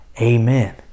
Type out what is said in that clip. Amen